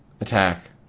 attack